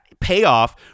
payoff